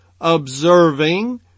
observing